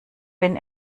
wenn